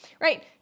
right